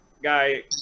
guy